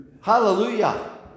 Hallelujah